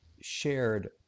shared